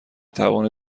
توان